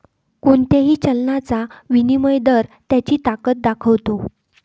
कोणत्याही चलनाचा विनिमय दर त्याची ताकद दाखवतो